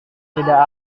tidak